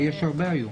יש הרבה היום.